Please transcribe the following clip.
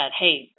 Hey